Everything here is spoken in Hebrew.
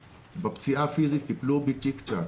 בפציעה הפיזית טיפלו בי צ'יק צ'ק.